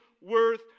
worth